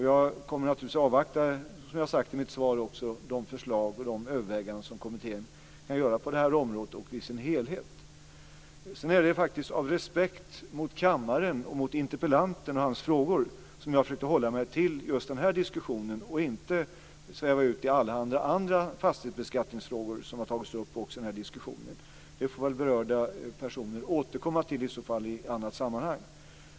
Jag kommer naturligtvis, som jag också har sagt i svaret, att avvakta de förslag och överväganden som kommittén kan ha på det här området i sin helhet. Sedan är det faktiskt av respekt för kammaren och för interpellanten och hans frågor som jag har försökt att hålla mig till just den här diskussionen och inte sväva ut i allehanda andra fastighetsbeskattningsfrågor som har tagits upp i diskussionen. Dessa får väl berörda personer återkomma till i andra sammanhang.